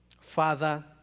Father